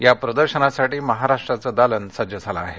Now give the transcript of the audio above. या प्रदर्शनासाठी महाराष्ट्राचे दालन सज्ज झाले आहे